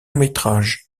métrage